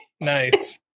Nice